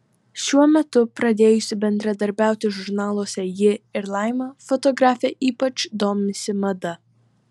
šiuo metu pradėjusi bendradarbiauti žurnaluose ji ir laima fotografė ypač domisi mada